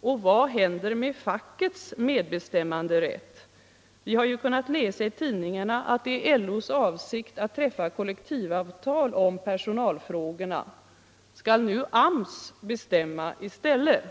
Och vad händer med fackets medbestämmanderätt? Vi har ju kunnat läsa i tidningarna att det är LO:s avsikt att träffa kollektivavtal om personalfrågorna. Skall nu AMS bestämma i stället?